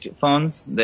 phones